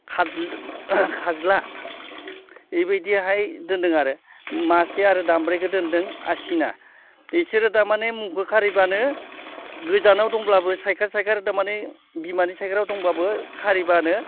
खाज्ला इबायदिहाय दोन्दों आरो मासेया आरो दाम्ब्रिखौ दोन्दों आसिना इसोरो थारमाने मुंखो खारिब्लानो गोजानाव दंब्लाबो सायखार सायखार थारमाने बिमानि सायखाराव दंब्लाबो खारिब्लानो